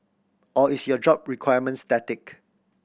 or is your job requirement static